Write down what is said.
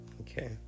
Okay